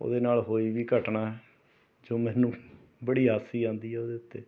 ਉਹਦੇ ਨਾਲ ਹੋਈ ਵੀ ਘਟਨਾ ਜੋ ਮੈਨੂੰ ਬੜੀ ਹਾਸੀ ਆਉਂਦੀ ਹੈ ਉਹਦੇ ਉੱਤੇ